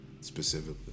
specifically